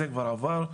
זה כבר עבר,